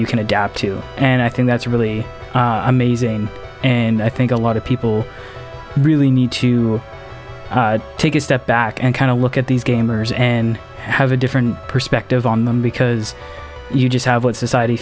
you can adapt to and i think that's really amazing and i think a lot of people really need to take a step back and kind of look at these gamers and have a different perspective on them because you just have what society